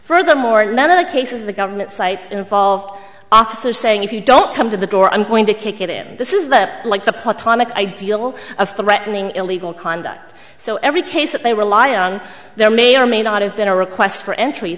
furthermore none of the cases the government cites involved officer saying if you don't come to the door i'm going to kick it in this is like the platonic ideal of threatening illegal conduct so every case that they rely on there may or may not have been a request for entry